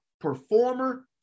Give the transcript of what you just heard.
performer